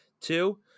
Two